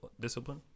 discipline